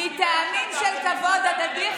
מטעמים של כבוד הדדי,